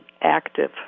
active